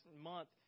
month